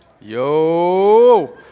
Yo